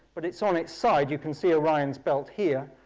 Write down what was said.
but it's on its side you can see orion's belt here.